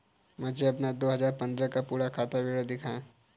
मुझे अपना दो हजार पन्द्रह का पूरा खाता विवरण दिखाएँ?